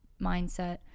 mindset